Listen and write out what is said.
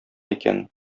икән